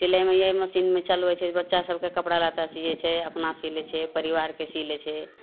सिलाइमे यए मशीन चलबय छै बच्चा सबके कपड़ा लत्ता सीयै छै अपना सी लै छै परिवारके सी लै छै